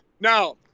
Now